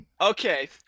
okay